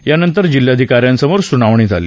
यानंतर जिल्हाधिकाऱ्यांसमोर सुनावणी झाली